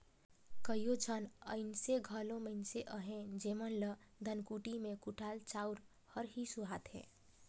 कइयो झन अइसे घलो मइनसे अहें जेमन ल धनकुट्टी में कुटाल चाँउर हर ही सुहाथे